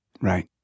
Right